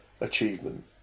achievement